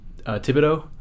Thibodeau